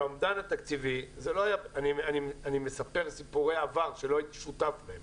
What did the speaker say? שהאומדן התקציבי אני מספר סיפורי עבר שלא הייתי שותף להם,